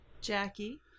Jackie